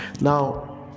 Now